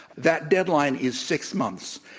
that deadline is six months.